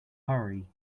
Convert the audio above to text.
hurry